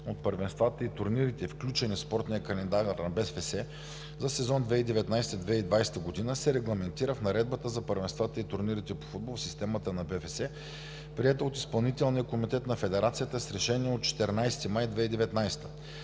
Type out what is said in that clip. от първенствата и турнирите, включени в спортния календар на БСФС за сезон 2019 – 2020 г., се регламентира в Наредбата за първенствата и турнирите по футбол в системата на БФС, приета от Изпълнителния комитет на Федерацията с решение от 14 май 2019 г.